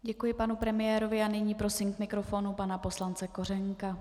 Děkuji panu premiérovi a nyní prosím k mikrofonu pana poslance Kořenka.